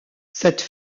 cette